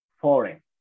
foreign